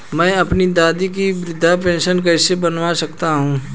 मैं अपनी दादी की वृद्ध पेंशन कैसे बनवा सकता हूँ?